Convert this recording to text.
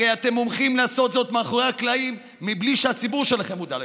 הרי אתם הולכים לעשות זאת מאחורי הקלעים בלי שהציבור שלכם מודע לכך.